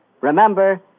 Remember